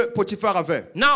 Now